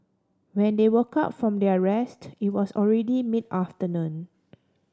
when they woke up from their rest it was already mid afternoon